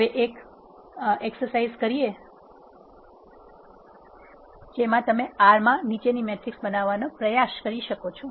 હવે એક કસરત તરીકે તમે R માં નીચેની મેટ્રિક્સ બનાવવાનો પ્રયાસ કરી શકો છો